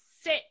sit